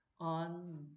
on